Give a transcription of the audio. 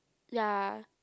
ya